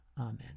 Amen